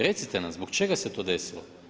Recite nam zbog čega se to desilo?